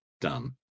done